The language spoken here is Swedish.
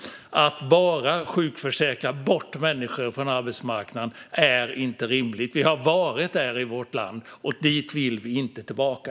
Att bara sjukförsäkra bort människor från arbetsmarknaden är inte rimligt. Vi har varit där i vårt land, och dit vill vi inte tillbaka.